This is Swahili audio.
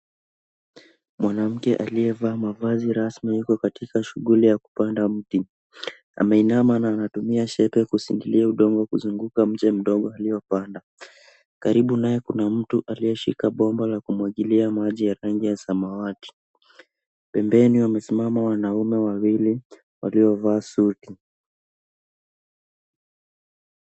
Mwanamke aliyevaa mavazi rasmi, yuko katika shughuli ya kupanda mti. Ameinama na anatumia shepe kusindilia udongo kuzunguka mche mdogo aliopanda. Karibu naye kuna mtu aliyeshika bomba la kumwagilia maji ya rangi ya samawati. Pembeni wamesimama wanaume wawili, waliovaa suti.